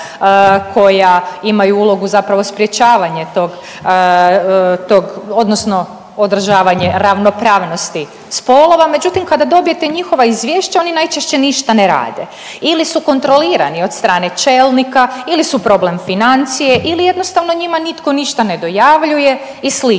koja imaju ulogu zapravo sprječavanje tog odnosno odražavanje ravnopravnosti spolova, međutim, kada dobijete njihova izvješća, oni najčešće ništa ne rade ili su kontrolirane od strane čelnika ili su problem financije ili jednostavno njima nitko ništa ne dojavljuje i sl.